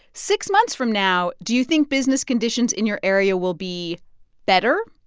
six months from now, do you think business conditions in your area will be better,